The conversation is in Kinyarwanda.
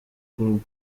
kurwanya